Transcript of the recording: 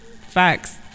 facts